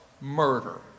Murder